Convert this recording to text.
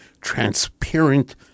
transparent